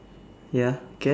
ya can